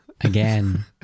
again